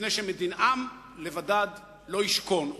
מפני שעם לבדד לא ישכון עוד.